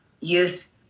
youth